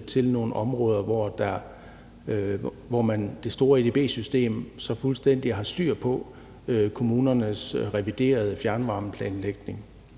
til nogle områder, hvor det store edb-system så fuldstændig har styr på kommunernes reviderede fjernvarmeplanlægning,